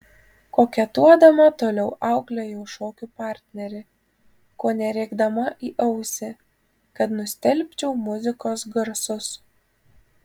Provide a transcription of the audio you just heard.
koketuodama toliau auklėjau šokių partnerį kone rėkdama į ausį kad nustelbčiau muzikos garsus